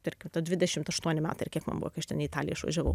tarkim dvidešimt aštuoni metai ar kiek man buvo kai aš ten į italiją išvažiavau